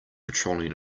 patrolling